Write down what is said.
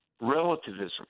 relativism